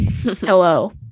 hello